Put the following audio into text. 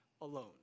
alone